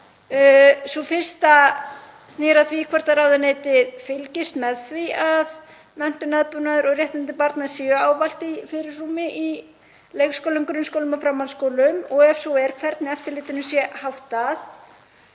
Sú fyrsta snýr að því hvort ráðuneytið fylgist með því að menntun, aðbúnaður og réttindi barna séu ávallt í fyrirrúmi í leikskólum, grunnskólum og framhaldsskólum og ef svo er hvernig eftirlitinu sé háttað.